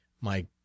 My